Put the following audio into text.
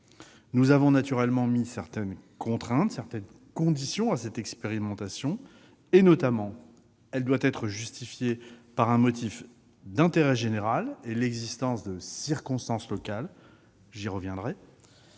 Nous avons mis certaines contraintes et conditions à cette expérimentation. Ainsi, celle-ci doit être justifiée par un motif d'intérêt général et l'existence de circonstances locales- j'y reviendrai.